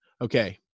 Okay